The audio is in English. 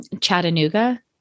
Chattanooga